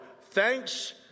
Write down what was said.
thanks